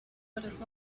but